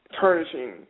tarnishing